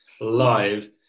live